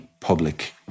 public